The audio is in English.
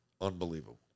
Unbelievable